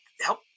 help